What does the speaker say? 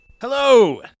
Hello